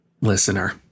listener